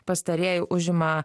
pastarieji užima